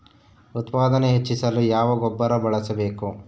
ಉತ್ಪಾದನೆ ಹೆಚ್ಚಿಸಲು ಯಾವ ಗೊಬ್ಬರ ಬಳಸಬೇಕು?